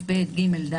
ובכרטיסים יש תשלום אחד.